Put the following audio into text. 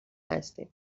هستیم